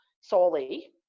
solely